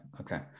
okay